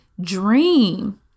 dream